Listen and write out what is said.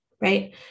right